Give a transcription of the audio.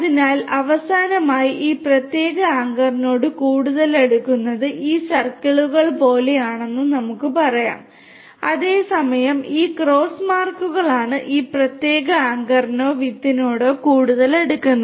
അതിനാൽ അവസാനമായി ഈ പ്രത്യേക ആങ്കറിനോട് കൂടുതൽ അടുക്കുന്നത് ഈ സർക്കിളുകൾ പോലെയാണെന്ന് നമുക്ക് പറയാം അതേസമയം ഈ ക്രോസ് മാർക്കുകളാണ് ഈ പ്രത്യേക ആങ്കറിനോ വിത്തിനോടോ കൂടുതൽ അടുക്കുന്നത്